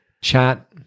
chat